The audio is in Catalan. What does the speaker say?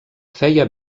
feia